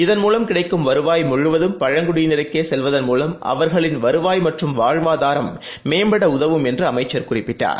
இதன்மூலம் கிடைக்கும் வருவாய் முழுவதும் பழங்குடியினருக்கேசெல்வதன்மூலம் அவர்களின் வருவாய் மற்றும் வாழ்வாதாரம் மேம்படஉதவும் என்றும் அமைச்சர் குறிப்பிட்டார்